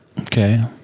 Okay